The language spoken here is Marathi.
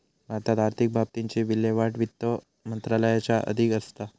भारतात आर्थिक बाबतींची विल्हेवाट वित्त मंत्रालयाच्या अधीन असता